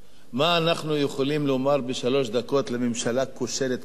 מה אנחנו יכולים לומר בשלוש דקות לממשלה כושלת כזאת,